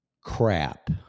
crap